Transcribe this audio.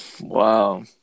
Wow